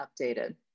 updated